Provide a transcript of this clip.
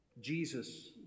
Jesus